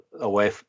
away